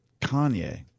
Kanye